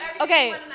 okay